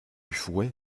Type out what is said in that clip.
fouet